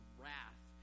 wrath